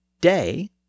day